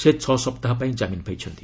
ସେ ଛଅ ସପ୍ତାହ ପାଇଁ ଜାମିନ ପାଇଛନ୍ତି